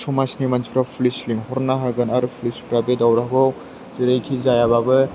समाजनि मानसिफोरा पुलिस लिंहरना होगोन आरो पुलिसफोरा बे दावरावखौ जेरैखि जायाबाबो